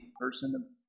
person